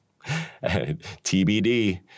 TBD